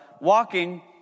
walking